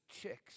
chicks